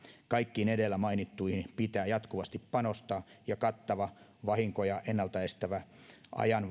kaikkiin edellä mainittuihin pitää jatkuvasti panostaa ja kattava vahinkoja ennalta estävä ajan